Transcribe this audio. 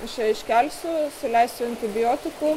aš ją iškelsiu suleisiu antibiotikų